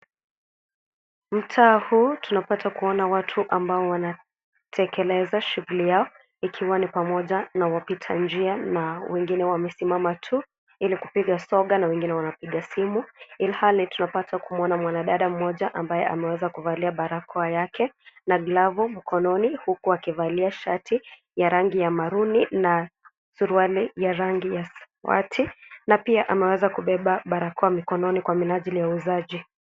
Mtaa huu, tunapata kuona watu ambao, wanatekeleza shuguli yao, ikiwa ni pamoja na wapita njia, na wengine wamesimama tu, ili kupiga songa na wengine wanapiga simu, ilhali tunapata kumwona mwanadada mmoja ambaye ameweza kuvalia barakoa yake, na glavu mkononi, huku akivalia shati la rangi ya maruni na, suruari ya rangibya samawati, na pia ameweza kubeba barakoa mikononi kwa minajili ya uuzaji.